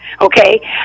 okay